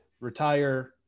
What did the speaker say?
retire